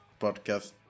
podcast